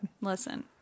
Listen